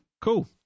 cool